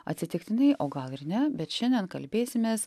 atsitiktinai o gal ir ne bet šiandien kalbėsimės